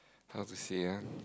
how to say ah